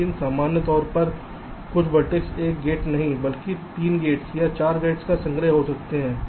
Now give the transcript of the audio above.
लेकिन सामान्य तौर पर कुछ वर्टेक्स एक गेट नहीं बल्कि 3 गेट्स या 4 गेट्स के संग्रह हो सकते हैं